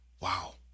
Wow